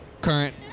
current